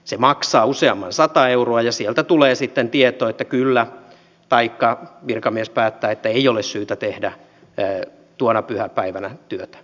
se maksaa useamman sata euroa ja sieltä tulee sitten tieto että kyllä taikka virkamies päättää että ei ole syytä tehdä tuona pyhäpäivänä työtä